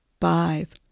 five